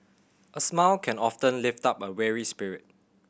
a smile can often lift up a weary spirit